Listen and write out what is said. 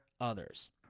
others